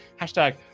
Hashtag